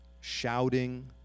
shouting